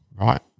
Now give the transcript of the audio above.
Right